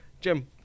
jim